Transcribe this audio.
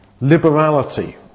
liberality